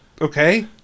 Okay